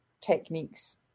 techniques